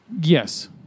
Yes